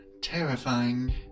terrifying